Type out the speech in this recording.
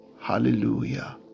Hallelujah